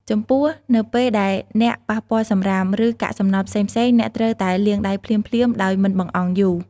ចំពោះ នៅពេលដែលអ្នកប៉ះពាល់សំរាម ឬកាកសំណល់ផ្សេងៗ អ្នកត្រូវតែលាងដៃភ្លាមៗដោយមិនបង្អង់យូរ។